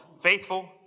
Faithful